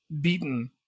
beaten